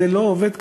זה לא עובד כך.